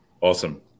Awesome